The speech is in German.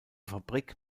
fabrik